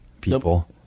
people